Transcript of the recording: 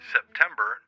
September